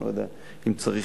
אני לא יודע אם צריך,